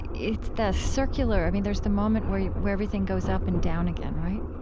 it's the circular i mean, there's the moment where yeah where everything goes up and down again, right?